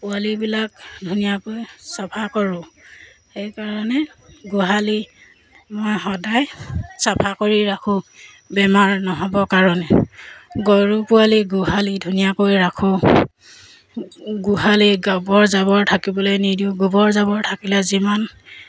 পোৱালিবিলাক ধুনীয়াকৈ চফা কৰোঁ সেইকাৰণে গোহালি মই সদায় চফা কৰি ৰাখোঁ বেমাৰ নহ'ব কাৰণে গৰু পোৱালি গোহালি ধুনীয়াকৈ ৰাখোঁ গোহালিত গোবৰ জাবৰ থাকিবলৈ নিদিওঁ গোবৰ জাবৰ থাকিলে যিমান